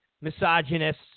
misogynist